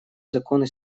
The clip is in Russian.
законы